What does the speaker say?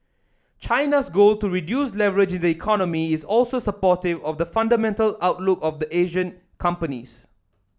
China's goal to reduce leverage in the economy is also supportive of the fundamental outlook of Asian companies